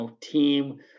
team